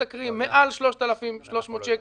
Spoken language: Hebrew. כמה עובדים משתכרים מעל 3,300 שקלים.